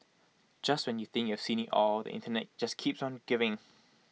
just when you think you've seen IT all the Internet just keeps on giving